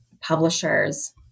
publisher's